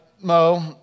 Mo